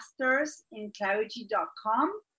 mastersinclarity.com